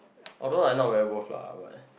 although I'm not very worth lah but